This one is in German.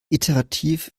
iterativ